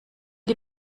die